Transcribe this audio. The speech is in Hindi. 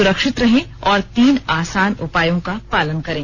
सुरक्षित रहें और तीन आसान उपायों का पालन करें